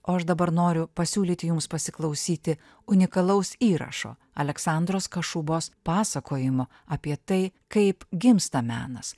o aš dabar noriu pasiūlyti jums pasiklausyti unikalaus įrašo aleksandros kašubos pasakojimo apie tai kaip gimsta menas